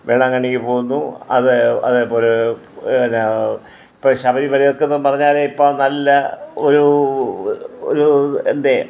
വേളാങ്കണ്ണിക്ക് പോകുന്നു അത് അതേപോലെ പിന്നെ ഇപ്പോൾ ശബരിമല ഒക്കെന്നു പറഞ്ഞാൽ ഇപ്പോൾ നല്ല ഒരു ഒരു എന്തെ